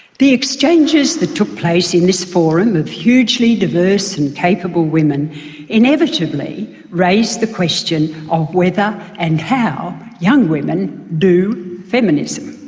the exchanges that took place in this forum of hugely diverse and capable women inevitably raised the question of whether and how young women do feminism.